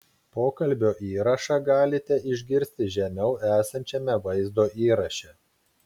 pokalbio įrašą galite išgirsti žemiau esančiame vaizdo įraše